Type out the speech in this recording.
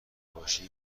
باشم